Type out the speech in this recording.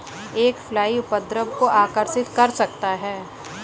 एक फ्लाई उपद्रव को आकर्षित कर सकता है?